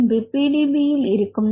பின்பு PDB இல் இருக்கும்